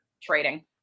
trading